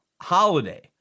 holiday